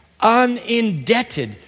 unindebted